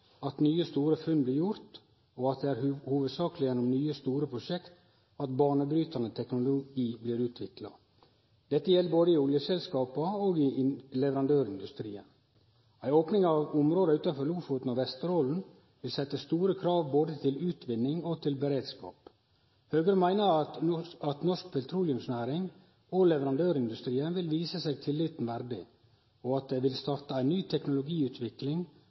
at nye store funn blir gjorde, og at det hovudsakeleg er gjennom nye store prosjekt at banebrytande teknologi blir utvikla. Dette gjeld både i oljeselskapa og i leverandørindustrien. Ei opning av områda utanfor Lofoten og Vesterålen vil setje store krav både til utvinning og til beredskap. Høgre meiner at norsk petroleumsnæring og leverandørindustri vil vise seg tilliten verdig, og at det vil starte ei ny teknologiutvikling